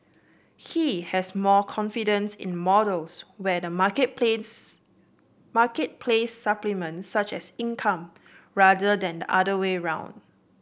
he has more confidence in models where the marketplace marketplace supplements such income rather than the other way around